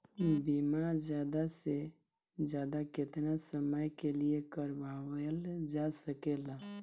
बीमा ज्यादा से ज्यादा केतना समय के लिए करवायल जा सकेला?